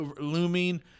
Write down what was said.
looming